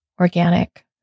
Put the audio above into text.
organic